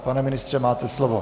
Pane ministře, máte slovo.